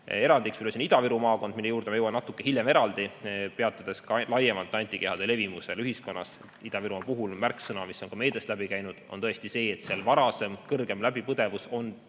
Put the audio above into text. Erandiks on Ida-Viru maakond, mille juurde ma jõuan natuke hiljem eraldi, peatudes laiemalt antikehade levimusel ühiskonnas. Ida-Virumaa puhul märksõna, mis on ka meediast läbi käinud, on tõesti see, et seal on varasem suurem läbipõdemus